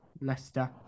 Leicester